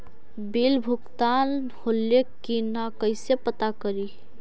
Bill भुगतान होले की न कैसे पता करी?